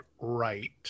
right